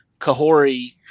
Kahori